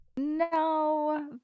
No